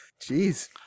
Jeez